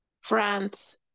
France